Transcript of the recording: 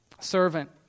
servant